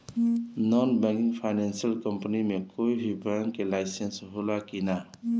Non banking financial company मे कोई भी बैंक के लाइसेन्स हो ला कि ना?